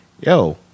yo